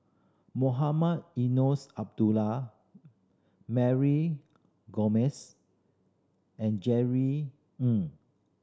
Mohamed Eunos Abdullah Mary Gomes and Jerry Ng